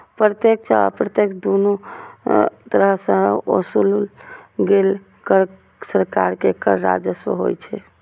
प्रत्यक्ष आ अप्रत्यक्ष, दुनू तरह सं ओसूलल गेल कर सरकार के कर राजस्व होइ छै